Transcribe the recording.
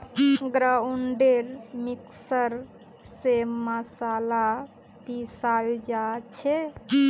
grinder mixer स मसाला पीसाल जा छे